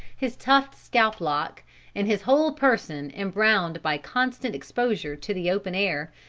his tufted scalp-lock and his whole person embrowned by constant exposure to the open air,